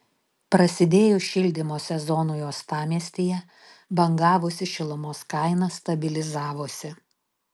prasidėjus šildymo sezonui uostamiestyje bangavusi šilumos kaina stabilizavosi